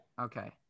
Okay